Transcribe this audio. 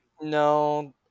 No